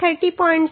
72 છે